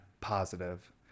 positive